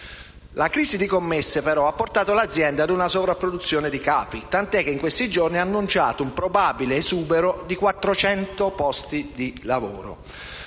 La crisi di commesse, però, ha portato l'azienda ad una sovrapproduzione di capi, tant'è che in questi giorni ha annunciato un probabile esubero di 400 posti di lavoro.